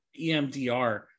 EMDR